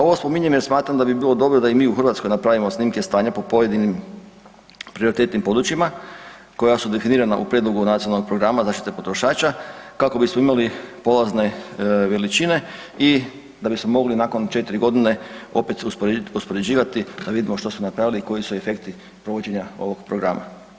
Ovo spominjem jer bi bilo dobro da i mi u Hrvatskoj napravimo snimke stanja po pojedinim prioritetnim područjima koja su definirana u prijedlogu nacionalnog programa zaštite potrošača kako bismo imali polazne veličine i da bismo mogli nakon 4 godine opet uspoređivati da vidimo što su napravili i koji su efekti provođenja ovog programa.